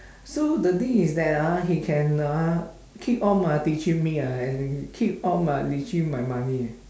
so the thing is that ah he can ah keep on ah teaching me ah and keep on ah leaching my money